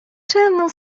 czemu